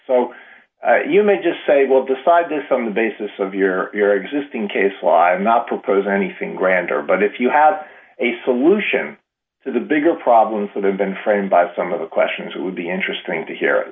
so you might just say well decide this on the basis of your existing case live not propose anything grander but if you have a solution to the bigger problems that have been friend by some of the questions it would be interesting to hear